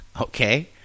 Okay